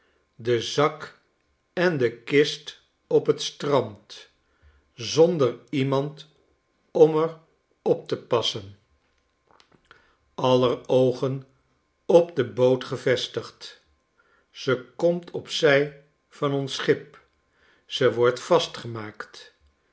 de zak en de kist op t strand zonder iemand om er op te passen aller oogen op de boot gevestigd ze komt op zij van ons schip ze wordt vastgemaakt